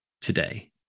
today